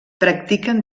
practiquen